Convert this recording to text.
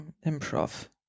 Improv